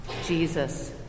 Jesus